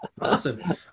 Awesome